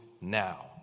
now